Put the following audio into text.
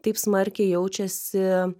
taip smarkiai jaučiasi